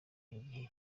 gihe